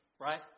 right